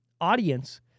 audience